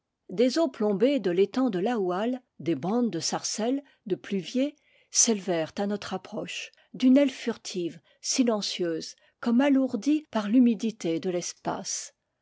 des eaux plom bées de l'étang de laoual des bandes de sarcelles de plu viers s'élevèrent à notre approche d'une aile furtive silen cieuse comme alourdie par l'humidité de l'espace